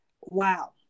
wow